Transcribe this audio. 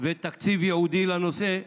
ותקציב ייעודי לנושא.